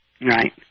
Right